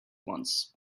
once